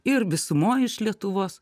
ir visumoj iš lietuvos